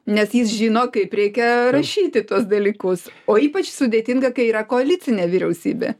nes jis žino kaip reikia rašyti tuos dalykus o ypač sudėtinga kai yra koalicinė vyriausybė